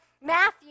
Matthew